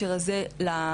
שאני מרגישה נורא,